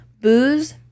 Booze